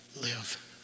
live